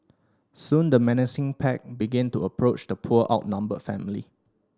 soon the menacing pack begin to approach the poor outnumbered family